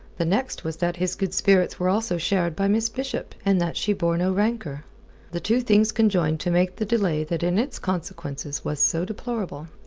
the next was that his good spirits were also shared by miss bishop, and that she bore no rancour. the two things conjoined to make the delay that in its consequences was so deplorable.